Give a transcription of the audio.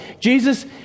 Jesus